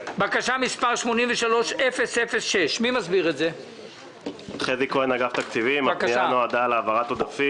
מס' 83-046. הפנייה נועדה להעברת עודפים